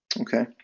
Okay